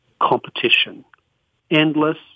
competition—endless